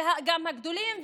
גם הגדולים,